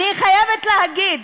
אני חייבת להגיד,